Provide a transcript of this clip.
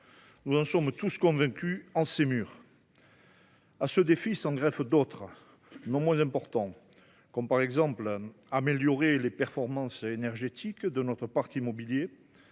Nous en sommes tous convaincus en ces murs. À ce défi s’en ajoutent d’autres, non moins importants : il faut améliorer les performances énergétiques de notre parc immobilier,